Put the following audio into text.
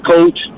Coach